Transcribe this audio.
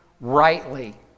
rightly